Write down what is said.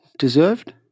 deserved